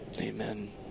Amen